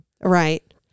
right